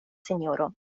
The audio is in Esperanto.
sinjoro